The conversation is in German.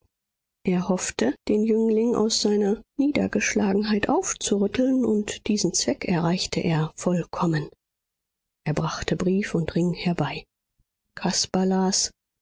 er hoffte den jüngling aus seiner niedergeschlagenheit aufzurütteln und diesen zweck erreichte er vollkommen er brachte brief und ring herbei caspar las